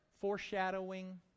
foreshadowing